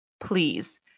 please